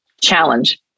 challenge